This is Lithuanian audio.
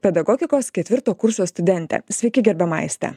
pedagogikos ketvirto kurso studentę sveiki gerbiama aiste